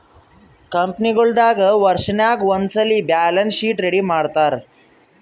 ಕಂಪನಿಗೊಳ್ ದಾಗ್ ವರ್ಷನಾಗ್ ಒಂದ್ಸಲ್ಲಿ ಬ್ಯಾಲೆನ್ಸ್ ಶೀಟ್ ರೆಡಿ ಮಾಡ್ತಾರ್